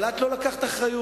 אבל את לא לקחת אחריות.